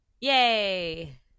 Yay